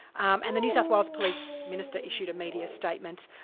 and the new south wales police minister issued a media statement.